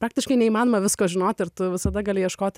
praktiškai neįmanoma visko žinoti ir tu visada gali ieškoti